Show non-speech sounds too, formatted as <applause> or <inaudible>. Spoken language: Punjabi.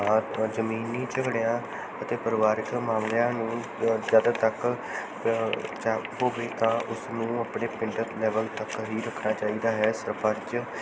ਹਾਂ ਤਾਂ ਜ਼ਮੀਨੀ ਝਗੜਿਆਂ ਅਤੇ ਪਰਿਵਾਰਿਕ ਮਾਮਲਿਆਂ ਨੂੰ ਜਦ ਤੱਕ <unintelligible> ਹੋਵੇ ਤਾਂ ਉਸਨੂੰ ਆਪਣੇ ਪਿੰਡ ਲੈਵਲ ਤੱਕ ਹੀ ਰੱਖਣਾ ਚਾਹੀਦਾ ਹੈ ਸਰਪੰਚ